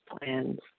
plans